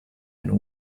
and